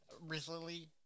recently